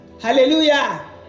hallelujah